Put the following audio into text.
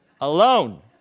Alone